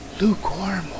lukewarm